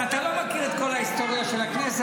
אתה לא מכיר את כל ההיסטוריה של הכנסת.